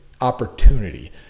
opportunity